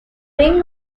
ring